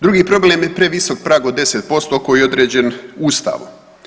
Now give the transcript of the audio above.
Drugi problem je previsok prag od 10% koji je određen ustavom.